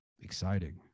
Exciting